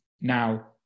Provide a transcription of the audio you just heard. Now